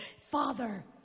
Father